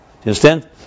understand